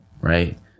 right